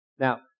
Now